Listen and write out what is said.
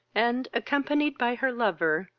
and, accompanied by her lover,